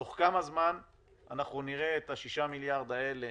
בתוך כמה זמן אנחנו נראה את ה-6 מיליארד האלה